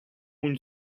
une